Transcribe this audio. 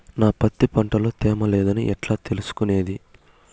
నా పత్తి పంట లో తేమ లేదని ఎట్లా తెలుసుకునేది?